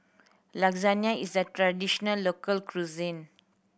lasagne is a traditional local cuisine